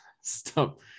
Stop